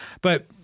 But-